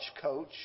coach